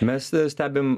mes stebim